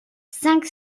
cinq